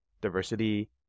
diversity